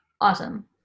Awesome